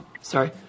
sorry